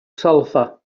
sulfur